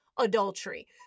adultery